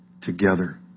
together